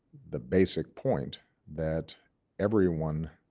the basic point that everyone